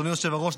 אדוני היושב-ראש,